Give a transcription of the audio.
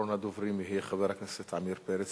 ואחרון הדוברים יהיה חבר הכנסת עמיר פרץ,